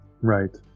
Right